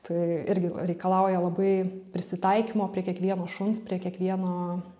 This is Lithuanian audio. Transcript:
tai irgi reikalauja labai prisitaikymo prie kiekvieno šuns prie kiekvieno